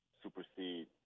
supersede